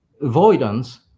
avoidance